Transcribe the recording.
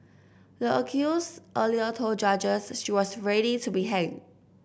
the accused earlier told judges she was ready to be hanged